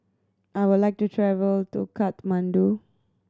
I would like to travel to Kathmandu